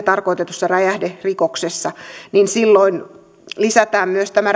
tarkoitetussa räjähderikoksessa niin silloin lisätään myös tämä